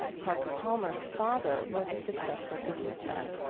parker palmer's father was a successful businessman